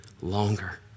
longer